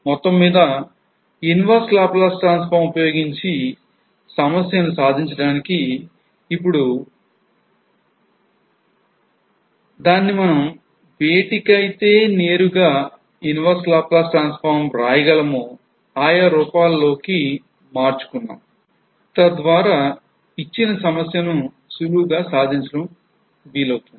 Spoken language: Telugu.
మొత్తం మీద inverse laplace transform ఉపయోగించి సమస్యను సాధించడానికి ఇప్పుడు కూడా దానిని మనం వేటికి అయితే నేరుగా inverse laplace transform వ్రాయగలమో ఆయా రూపాలలో కి మార్చుకున్నాం